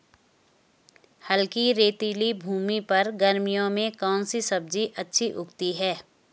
हल्की रेतीली भूमि पर गर्मियों में कौन सी सब्जी अच्छी उगती है?